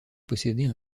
posséder